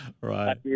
Right